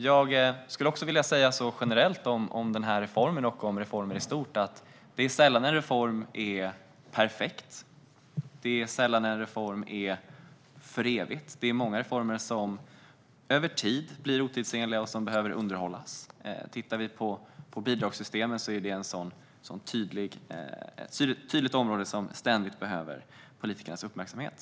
Jag skulle också, om den här reformen och om reformer generellt, vilja säga att en reform sällan är perfekt. Det är sällan en reform är för evigt. Det är många reformer som över tid blir otidsenliga och behöver underhållas. Bidragssystemen är ett tydligt exempel på ett område som ständigt behöver politikernas uppmärksamhet.